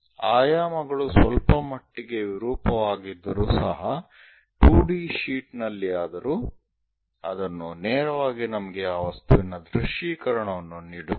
ಆಯಾಮಗಳು ಸ್ವಲ್ಪಮಟ್ಟಿಗೆ ವಿರೂಪವಾಗಿದ್ದರೂ ಸಹ 2D ಶೀಟ್ ನಲ್ಲಿಯಾದರೂ ಅದು ನೇರವಾಗಿ ನಮಗೆ ಆ ವಸ್ತುವಿನ ದೃಶ್ಯೀಕರಣವನ್ನು ನೀಡುತ್ತದೆ